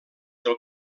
del